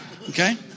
Okay